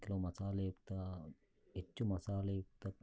ಕೆಲವು ಮಸಾಲೆಯುಕ್ತ ಹೆಚ್ಚು ಮಸಾಲೆಯುಕ್ತ